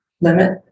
limit